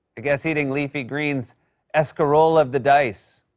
i guess eating leafy greens escarole of the dice.